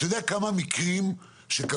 אתה יודע כמה מקרים קרו,